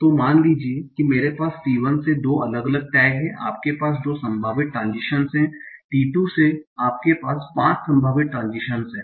तो मान लीजिए कि मेरे पास t1 से दो अलग अलग टैग हैं आपके पास दो संभावित ट्रान्ज़िशन हैं t 2 से आपके पास पांच संभावित ट्रान्ज़िशन हैं